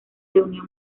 reunió